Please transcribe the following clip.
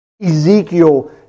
Ezekiel